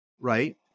right